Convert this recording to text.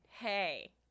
hey